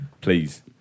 please